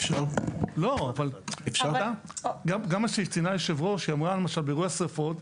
גם מה שציינה היו"ר כשהיא אמרה למשל באירוע שריפות,